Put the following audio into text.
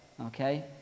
okay